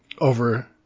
over